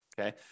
Okay